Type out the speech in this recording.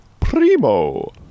Primo